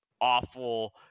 awful